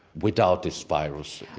without this virus.